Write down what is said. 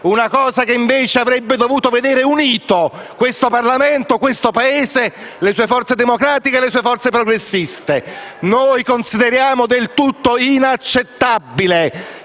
una cosa che invece avrebbe dovuto vedere unito questo Parlamento e questo Paese, le sue forze democratiche e progressiste. Noi consideriamo del tutto inaccettabile